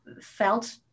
felt